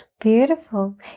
beautiful